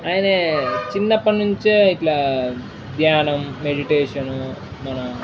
ఆయనే చిన్నప్పటినుంచే ఇలా ధ్యానం మెడిటేషను మన